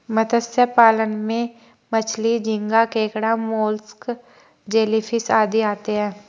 मत्स्य पालन में मछली, झींगा, केकड़ा, मोलस्क, जेलीफिश आदि आते हैं